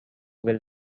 will